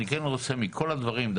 אני כן רוצה מכל הדברים,